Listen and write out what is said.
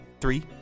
three